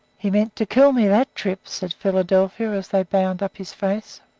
he meant to kill me that trip, said philadelphia, as they bound up his face.